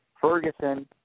Ferguson